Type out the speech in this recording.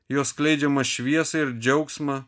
jo skleidžiamą šviesą ir džiaugsmą